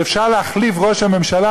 שאפשר להחליף את ראש הממשלה,